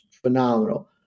phenomenal